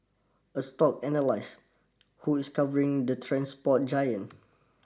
a stock analyse who is covering the transport giant